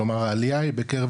כלומר העלייה היא בקרב,